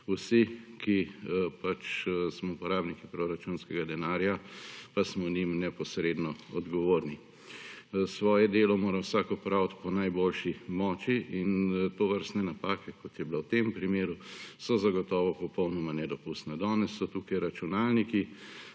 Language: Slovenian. vsi, ki pač smo porabniki proračunskega denarja pa smo njim neposredno odgovorni. Svoje delo mora vsak opravit po najboljši moči in tovrstne napake, kot je bilo v tem primeru, so zagotovo popolnoma nedopustne. Danes so tukaj računalniki.